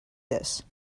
this